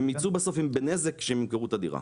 הם ייצאו בסוף בנזק כשהם ימכרו את הדירה.